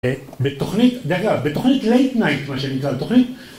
בתוכנית, דרך אגב, בתוכנית לייט נייט מה שנקרא בתוכנית.